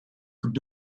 could